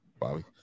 Bobby